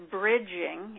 bridging